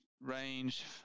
range